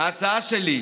ההצעה שלי.